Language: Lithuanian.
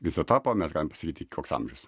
izotopo mes galim pasakyti koks amžius